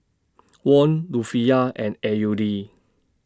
Won Rufiyaa and A U D